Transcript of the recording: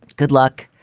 good luck.